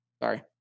Sorry